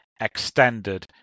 extended